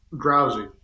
drowsy